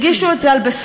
שהרגישו את זה על בשרם.